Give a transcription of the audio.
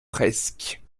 presque